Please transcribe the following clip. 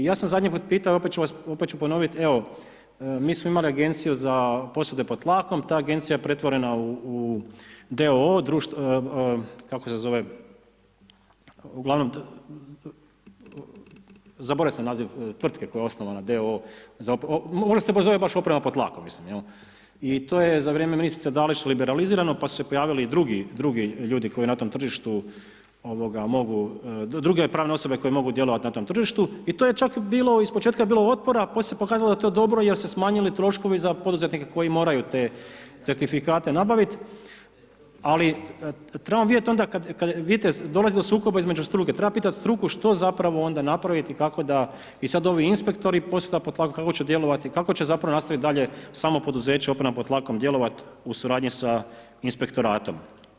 Ja sam zadnji put pitao i opet ću vas ponovit, evo, mi smo imali Agenciju za posude pod tlakom, ta agencija je pretvorena u d.o.o., uglavnom, zaboravio sam naziv tvrtke koja je osnovaca d.o.o., možda se baš zove Oprema pod tlakom, mislim jel', i to je za vrijeme ministrice Dalić liberalizirano pa su se pojavili i drugi ljudi koji na tom tržištu mogu, druge pravne osobe koje mogu djelovati na tom tržištu i to je čak bilo, ispočetka je bilo otpora, poslije se pokazalo da je to dobro jer su se smanjili troškovi za poduzetnike koji moraju te certifikate nabaviti ali trebamo vidjeti onda, vidite dolazi do sukoba između struke, treba pitati struku što zapravo onda napraviti, kako da i sad ovi inspektori Posuda pod tlakom kako će djelovati, kako će zapravo nastaviti dalje samo poduzeće Oprema pod talkom djelovati u suradnji sa inspektoratom.